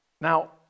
Now